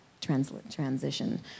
transition